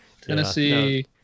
Tennessee